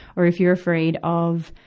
or, if you're afraid of,